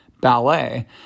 ballet